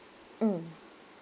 mmhmm